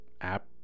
app